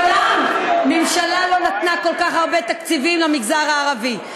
מעולם ממשלה לא נתנה כל כך הרבה תקציבים למגזר הערבי.